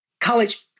college